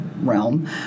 realm